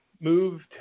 moved